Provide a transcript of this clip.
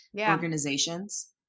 organizations